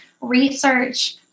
research